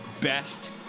best